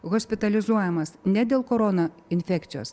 hospitalizuojamas ne dėl korona infekcijos